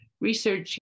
research